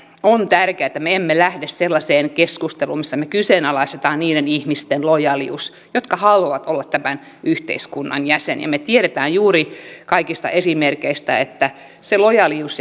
on tärkeää että me emme lähde sellaiseen keskusteluun missä me kyseenalaistamme niiden ihmisten lojaaliuden jotka haluavat olla tämän yhteiskunnan jäseniä me tiedämme juuri kaikista esimerkeistä että se lojaalius